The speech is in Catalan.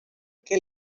que